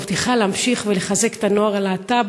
אני מבטיחה להמשיך לחזק את נוער הלהט"ב,